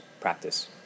practice